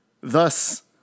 thus